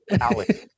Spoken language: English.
Alex